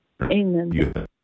Amen